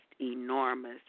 enormous